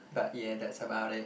but yeah that's about it